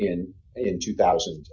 in in two thousand